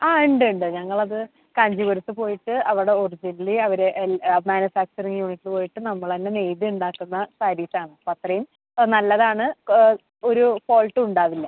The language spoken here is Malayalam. ആ ഉണ്ട് ഉണ്ട് ഞങ്ങളത് കാഞ്ചീപുരത്ത് പോയിട്ട് അവിടെ ഒറിജിനലി അവർ ആ മാനുഫാക്ച്ചറിംഗ് യൂണിറ്റ് പോയിട്ട് നമ്മളെന്നെ നെയ്തുണ്ടാക്കുന്ന സാരീസാണ് അത്രയും നല്ലതാണ് ഒരു ഫോൾട്ടും ഉണ്ടാവില്ല